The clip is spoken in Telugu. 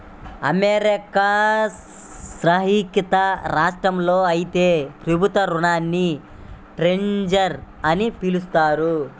అమెరికా సంయుక్త రాష్ట్రాల్లో అయితే ప్రభుత్వ రుణాల్ని ట్రెజర్ అని పిలుస్తారు